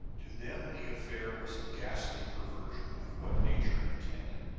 to them the affair was a ghastly perversion of what nature intended.